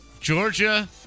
Georgia